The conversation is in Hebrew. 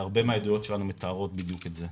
והרבה מהעדויות שלנו מתארות בדיוק את זה.